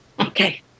Okay